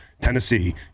Tennessee